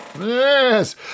Yes